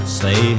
say